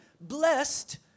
blessed